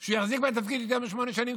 שהוא יחזיק בתפקיד יותר משמונה שנים,